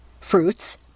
fruits